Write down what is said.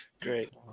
Great